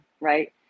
right